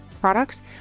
products